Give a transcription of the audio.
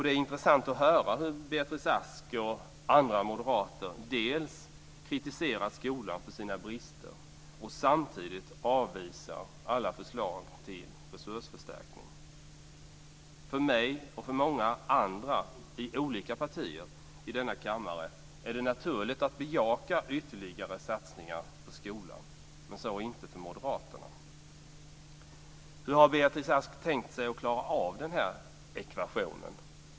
Det är intressant att höra hur Beatrice Ask och andra moderater kritiserar skolan för dess brister samtidigt som de avvisar alla förslag till resursförstärkningar. För mig och för många andra i olika partier i denna kammare är det naturligt att bejaka ytterligare satsningar på skolan, men så är det inte för Hur har Beatrice Ask tänkt sig att klara av denna ekvation?